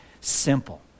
simple